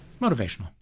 Motivational